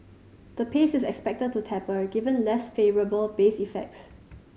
the pace is expected to taper given less favourable base effects